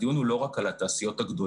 הדיון הוא לא רק על התעשיות הגדולות.